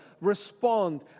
respond